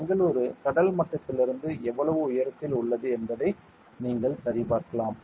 பெங்களூரு கடல் மட்டத்திலிருந்து எவ்வளவு உயரத்தில் உள்ளது என்பதை நீங்கள் சரிபார்க்கலாம்